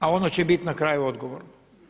A ono će biti na kraju odgovorno.